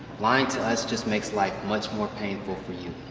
lying to us just makes life much more painful for you.